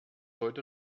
heute